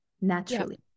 naturally